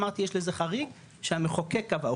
אמרתי שיש לזה החריג שהמחוקק קבע,